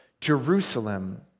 Jerusalem